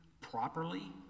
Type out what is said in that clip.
properly